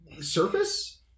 surface